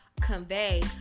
convey